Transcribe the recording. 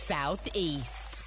Southeast